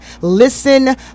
Listen